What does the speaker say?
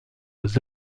aux